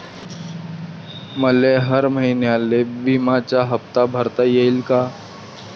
मले हर महिन्याले बिम्याचा हप्ता भरता येईन का?